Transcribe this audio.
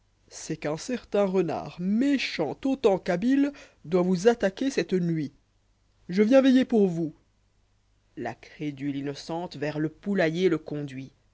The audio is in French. c'est qu'un certain renard méchant autant qu'habile g a ifab les doit vous attaquer cette nuit je viens veiller pour vous la crédule innocente vers le poulailler le conduit